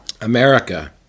America